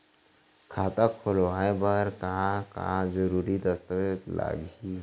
खाता खोलवाय बर का का जरूरी दस्तावेज लागही?